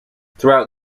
throughout